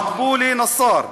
מקבולה נסאר: